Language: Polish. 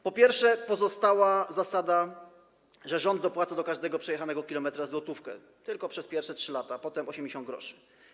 Po pierwsze, pozostała zasada, że rząd dopłaca do każdego przejechanego kilometra złotówkę, ale tylko przez pierwsze 3 lata, a potem 80 gr.